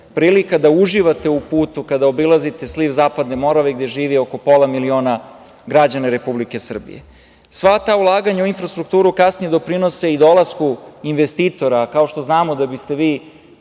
prilika da uživate u putu kada obilazite sliv Zapadne Morave gde živi oko pola miliona građana Republike Srbije. Sva ta ulaganja u infrastrukturu kasnije doprinose i dolasku investitora, kao što znamo da biste vi